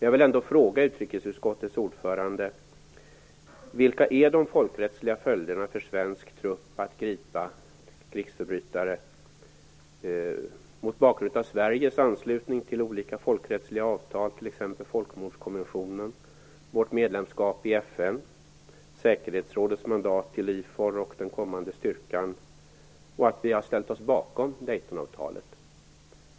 Jag vill ändå fråga utrikesutskottets ordförande: Vilka är de folkrättsliga följderna för svensk trupp att gripa krigsförbrytare? Detta sett mot bakgrund av Sveriges anslutning till olika folkrättsliga avtal, t.ex. folkmordskommissionen och vårt medlemskap i FN, säkerhetsrådets mandat till IFOR och den kommande styrkan och att vi har ställt oss bakom Daytonavtalet.